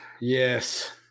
Yes